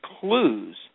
clues